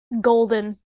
Golden